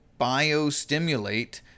biostimulate